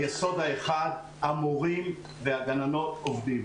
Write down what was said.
היסוד האחד, המורים והגננות עובדים.